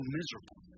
miserable